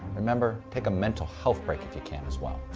remember, take a mental health break if you can as well.